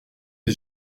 des